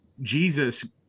Jesus